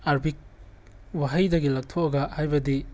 Arabic ꯋꯥꯍꯩꯗꯒꯤ ꯂꯧꯊꯣꯛꯑꯒ ꯍꯥꯏꯕꯗꯤ